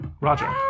Roger